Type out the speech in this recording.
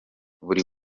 buri